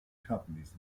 companies